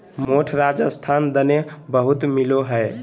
मोठ राजस्थान दने बहुत मिलो हय